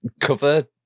cover